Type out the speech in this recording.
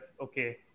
okay